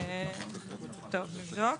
נבדוק.